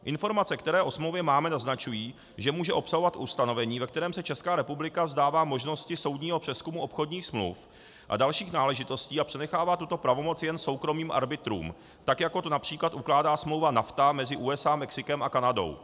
Informace, které o smlouvě máme, naznačují, že může obsahovat ustanovení, ve kterém se Česká republika vzdává možnosti soudního přezkumu obchodních smluv a dalších náležitostí a přenechává tuto pravomoc jen soukromým arbitrům, tak jako to například ukládá smlouva NAFTA mezi USA, Mexikem a Kanadou.